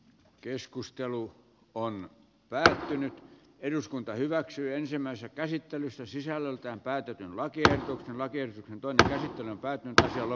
keskustelu on nyt pärjää nyt eduskunta hyväksyy ensimmäisen käsittelyssä sisällöltään päätetyn laki on laki antoi tällä hetkellä tai toisella